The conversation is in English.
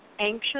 anxious